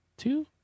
two